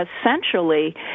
essentially